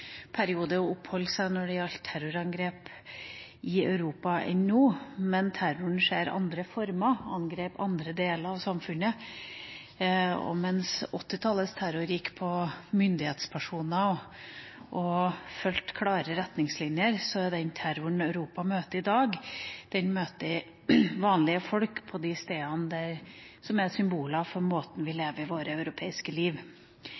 periode når det gjaldt terrorangrep i Europa, enn nå, men terroren skjer i andre former og angriper andre deler av samfunnet. Mens 1980-tallets terror gikk mot myndighetspersoner og fulgte klare retningslinjer, møter terroren i Europa i dag vanlige folk på de stedene som er symboler for måten vi lever vårt europeiske liv